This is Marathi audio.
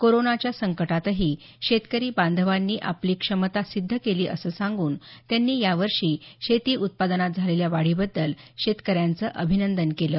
कोरोनाच्या संकटातही शेतकरी बांधवांनी आपली क्षमता सिद्ध केली असं सांगून त्यांनी यावर्षी शेती उत्पादनात झालेल्या वाढीबद्दल शेतकऱ्यांचं अभिनंदन केलं